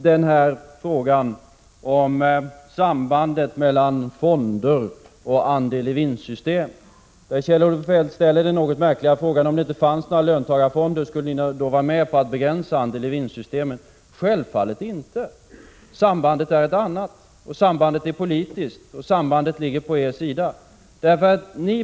Så till frågan om sambandet mellan fonder och andel-i-vinst-system. Kjell-Olof Feldt ställer den något märkliga frågan om vi, om det inte fanns några löntagarfonder, skulle vara med om att begränsa andel-i-vinstsystemen. Självfallet inte! Sambandet är ett annat, det är politiskt, och det ligger på er sida.